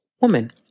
woman